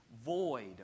void